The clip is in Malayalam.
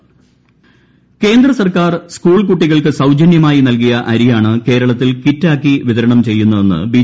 സുരേന്ദ്രൻ കേന്ദ്ര സർക്കാർ സ്കൂൾ കുട്ടികൾക്ക് സൌജനൃമായി നൽകിയ അരിയാണ് കേരളത്തിൽ കിറ്റാക്കി വിതരണം ചെയ്യുന്നതെന്ന് ബി